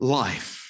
life